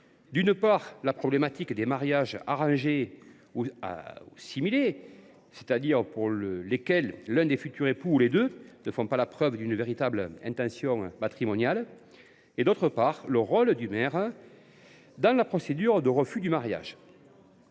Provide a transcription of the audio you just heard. d’une part, des mariages arrangés ou simulés, c’est à dire ceux dans lesquels l’un des futurs époux ou les deux ne fait pas la preuve d’une véritable intention matrimoniale ; il s’agit, d’autre part, du rôle du maire dans la procédure de refus d’un mariage.